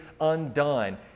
undone